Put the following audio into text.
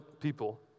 people